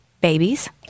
babies